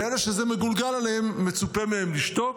ואלה שזה מגולגל עליהם, מצופה מהם לשתוק,